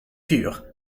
pure